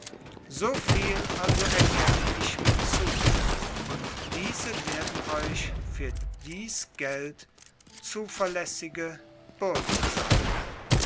so viel also erkenne ich mir zu und diese werden euch für dies geld zuverlässige bürgen sein